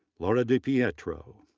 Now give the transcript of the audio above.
laura dipietro,